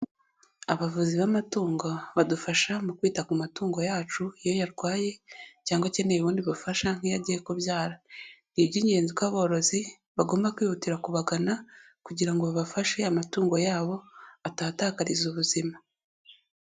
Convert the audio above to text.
Abavuzi b'amatungo badufasha mu kwita ku matungo yacu iyo yarwaye cyangwa akeneye ubundi bufasha nk'iyo agiye kubyara ni iby'ingenzi ko aborozi bagomba kwihutira kubagana kugira ngo babafashe amatungo yabo atahatakariza ubuzima.